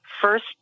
first